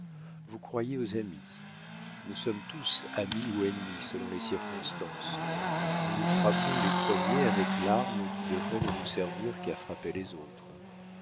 vous croyez aux amis nous sommes tous amis ou ennemis selon les circonstances nous nous frappons les premiers avec l'arme qui devrait ne nous servir qu'à frapper les autres